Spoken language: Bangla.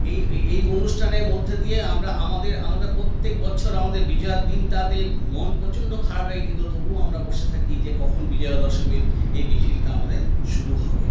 এই এই অনুষ্ঠানের মধ্যে দিয়ে আমরা আমাদের আমাদের প্রত্যেক বছর আমাদের বিজয়ার দিনটাতে মন প্রচণ্ড খারাপ লাগে কিন্তু তবুও আমরা বসে থাকি যে কখন বিজয়া দশমীর এই মিছিলটা আমাদের শুরু হবে